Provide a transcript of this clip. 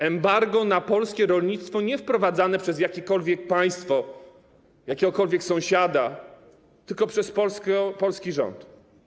Embargo na polskie rolnictwo wprowadzane nie przez jakiekolwiek państwo, jakiegokolwiek sąsiada, tylko przez Polskę, polski rząd.